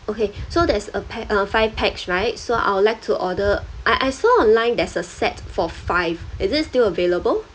okay so there's a pa~ uh five pax right so I would like to order I I saw online there's a set for five it is still available